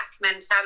mentality